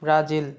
Brazil